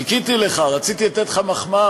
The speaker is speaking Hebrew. חיכיתי לך, רציתי לתת לך מחמאה.